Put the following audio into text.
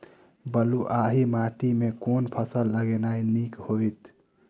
बलुआही माटि मे केँ फसल लगेनाइ नीक होइत?